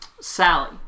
Sally